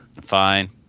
Fine